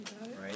right